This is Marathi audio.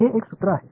हे एक सूत्र आहे